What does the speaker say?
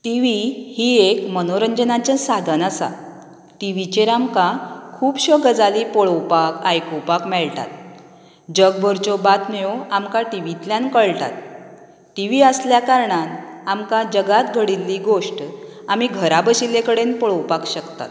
TV ही एक मनोरंजनाचें साधन आसा टिवीचेर आमकां खुबश्यो गजाली पळोवपाक आयकुपाक मेळटात जग भरच्यो बातम्यो आमकां टिवींतल्यान कळटात टिवी आसल्या कारणान आमकां जगांत घडिल्ली गोश्ट आमी घरा बशिल्ले कडेन पळोवपाक शकतात